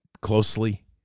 closely